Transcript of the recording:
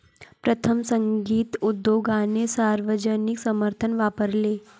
प्रथम, संगीत उद्योगाने सार्वजनिक समर्थन वापरले